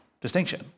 distinction